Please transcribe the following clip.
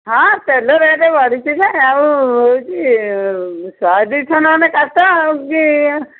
ହଁ ତେଲ ରେଟ୍ ବଢ଼ିଛି ଯେ ଆଉ ହେଉଛି ଶହେ ଦୁଇଶହ ନହେଲେ କାଟ ଆଉ କି